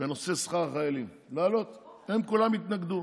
בנושא שכר החיילים, להעלות, הם כולם התנגדו.